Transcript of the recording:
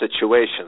situations